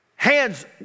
Hands